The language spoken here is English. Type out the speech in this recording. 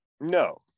No